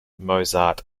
mozart